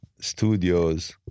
studios